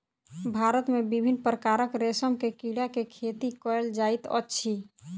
भारत मे विभिन्न प्रकारक रेशम के कीड़ा के खेती कयल जाइत अछि